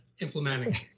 implementing